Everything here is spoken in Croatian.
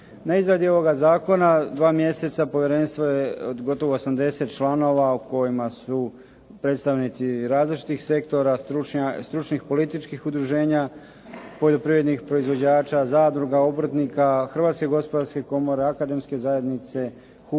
Na izradi ovoga zakona, dva mjeseca povjerenstvo je od gotovo 80 članova u kojima su predstavnici različitih sektora, stručnih političkih udruženja, poljoprivrednih proizvođača, zadruga, obrtnika, Hrvatske gospodarske komore, Akademske zajednice, HUP